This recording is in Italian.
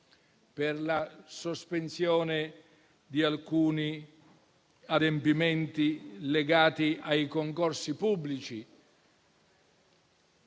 per la sospensione di alcuni adempimenti legati ai concorsi pubblici;